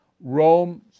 Rome